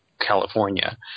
California